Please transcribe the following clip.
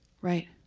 Right